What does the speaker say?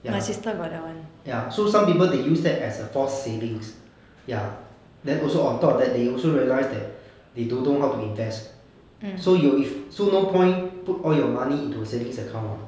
ya ya so some people they use that as a false savings ya then also on top of that they also realised that they don't know how to invest so you if so no point to put all your money to savings account [what]